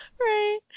Right